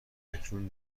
اکنون